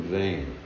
vain